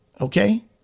Okay